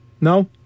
No